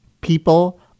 people